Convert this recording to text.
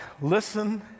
listen